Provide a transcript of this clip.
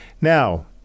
Now